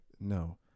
No